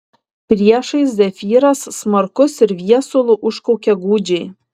priešais zefyras smarkus ir viesulu užkaukė gūdžiai